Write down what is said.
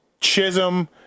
Chisholm